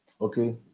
okay